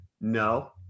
No